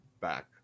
back